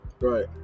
Right